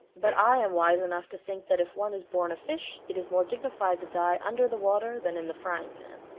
but i am wise enough to think that if one is born a fish, it is more dignified to die under the water than in the frying pan.